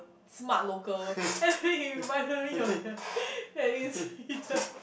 smart local I think it reminded me of that that incident